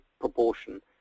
proportion